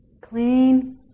clean